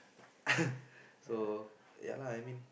so ya lah I mean